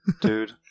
Dude